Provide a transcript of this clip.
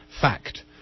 fact